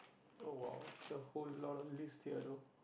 oh !wow! is a whole lot of list here though